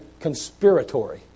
conspiratory